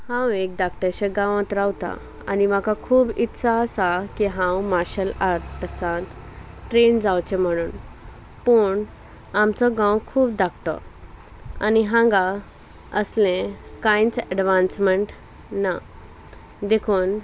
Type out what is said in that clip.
हांव एक धाकट्याच्या गांवांत रावतां आनी म्हाका खूब इत्सा आसा की हांव मार्शल आर्टसांत ट्रेन जावचें म्हणून पूण आमचो गांव खूब धाकटो आनी हांगा असलें कांयच एडवांसमेंट ना देखून